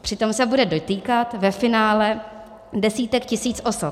Přitom se bude dotýkat ve finále desítek tisíc osob.